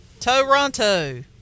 Toronto